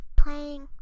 playing